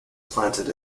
planted